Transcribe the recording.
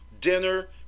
dinner